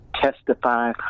testify